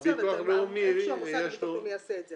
ולביטוח הלאומי יש ------ הביטוח הלאומי יעשה את זה,